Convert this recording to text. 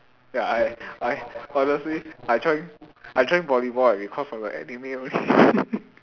ya I I honestly I join I join volleyball right because of the anime only